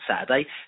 Saturday